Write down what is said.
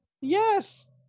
Yes